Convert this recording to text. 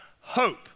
Hope